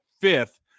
fifth